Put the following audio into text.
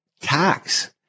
Tax